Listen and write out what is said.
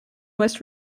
west